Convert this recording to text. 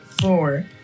four